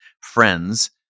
friends